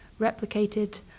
replicated